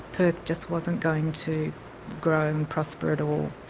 perth just wasn't going to grow and prosper at all.